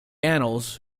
annals